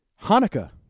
Hanukkah